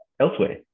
elsewhere